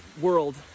world